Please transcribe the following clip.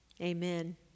Amen